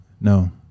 No